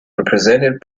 represented